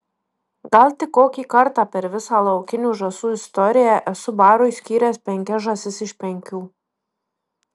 gal tik kokį kartą per visą laukinių žąsų istoriją esu barui skyręs penkias žąsis iš penkių